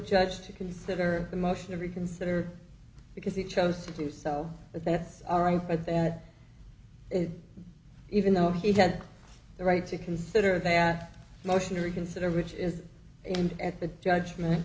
judge to consider the motion to reconsider because he chose to do so but that's all right but that even though he had the right to consider that motion to reconsider which is aimed at the judgment